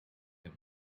him